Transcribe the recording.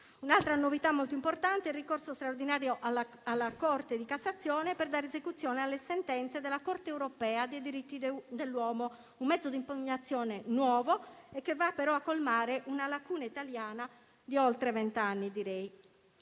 Un'altra novità molto importante è il ricorso straordinario alla Corte di cassazione per dare esecuzione alle sentenze della Corte europea dei diritti dell'uomo: un mezzo di impugnazione nuovo, che va però a colmare una lacuna italiana di oltre vent'anni.